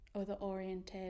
other-oriented